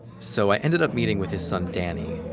so i ended up meeting with his son, danny,